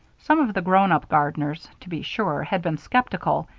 some of the grown-up gardeners, to be sure, had been skeptical,